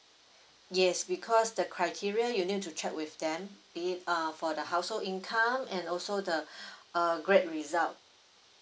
yes because the criteria you need to check with them in err for the household income and also the err great result